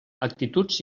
actituds